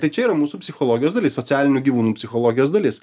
tai čia yra mūsų psichologijos dalis socialinių gyvūnų psichologijos dalis